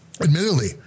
admittedly